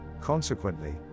Consequently